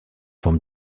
vom